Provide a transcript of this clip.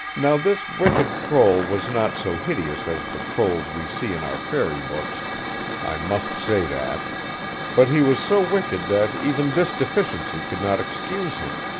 now this wicked troll was not so hideous as the trolls we see in our fairy-books i must say that but he was so wicked that even this deficiency could not excuse him.